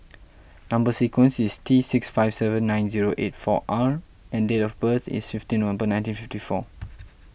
Number Sequence is T six five seven nine zero eight four R and date of birth is fifteen November nineteen fifty four